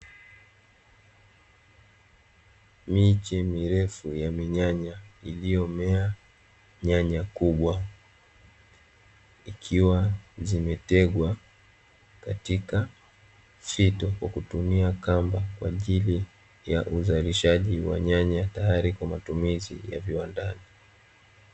Miche mirefu ya minyanya iliomea nyanya kubwa, ikiwa zimetegwa katika fito kwa kutumia kamba kwa ajili ya uzalishaji wa nyanya, tayari kwa matumizi ya viwandani.